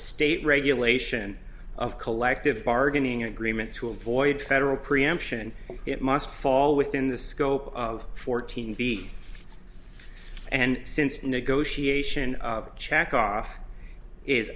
state regulation of collective bargaining agreement to avoid federal preemption it must fall within the scope of fourteen b and since negotiation checkoff is